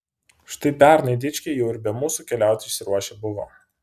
štai pernai dičkiai jau ir be mūsų keliauti išsiruošę buvo